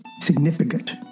significant